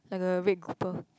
like a red cooper